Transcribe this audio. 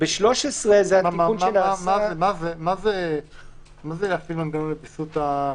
מה זה בהתאם לוויסות הכניסות?